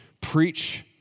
preach